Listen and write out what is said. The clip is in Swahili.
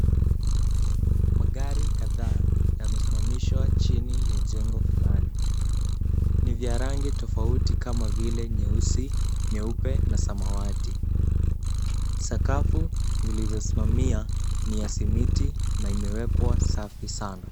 Magari kadhaa yamesimamishwa chini ya jengo fulani. Ni vya rangi tofauti kama vile nyeusi, nyeupe na samawati. Sakafu zilizosimamia ni ya simiti na imewekwa safi sana.